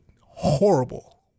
horrible